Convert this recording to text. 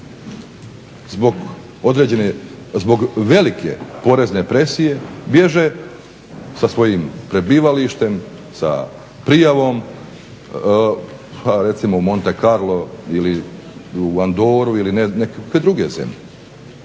zbog velike porezne presije bježe sa svojim prebivalištem sa prijavom pa recimo u Monte Karlo ili Andoru ili neke druge zemlje.